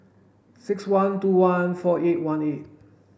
six one two one four eight one eight